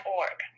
org